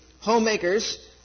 homemakers